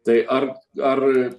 tai ar ar